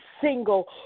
single